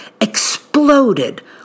exploded